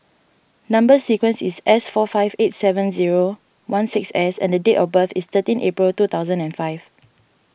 Number Sequence is S four five eight seven zero one six S and the date of birth is thirteen April two thousand and five